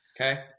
okay